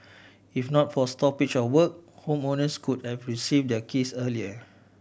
if not for stoppage of work homeowners could have receive their keys earlier